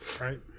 right